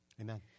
Amen